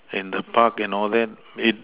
in the Park and all that it